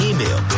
Email